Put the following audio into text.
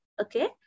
Okay